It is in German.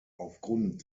aufgrund